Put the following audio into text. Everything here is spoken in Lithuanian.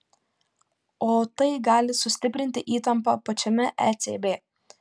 o tai gali sustiprinti įtampą pačiame ecb